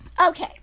okay